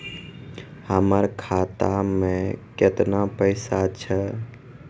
हमर खाता मैं केतना पैसा छह?